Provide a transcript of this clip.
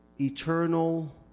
eternal